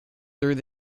through